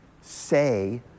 Say